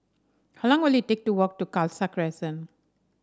how long will it take to walk to Khalsa Crescent